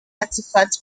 artifacts